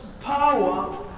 power